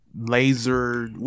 laser